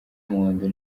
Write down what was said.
umuhondo